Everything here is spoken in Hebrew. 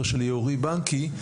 אורי בנקי,